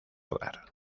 hogar